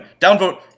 Downvote